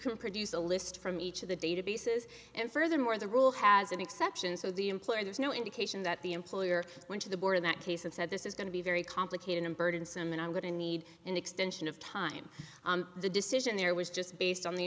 can produce a list from each of the databases and furthermore the rule has an exception so the employer there's no indication that the employer went to the board in that case and said this is going to be very complicated and burdensome and i'm going to need an extension of time the decision there was just based on the